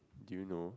do you know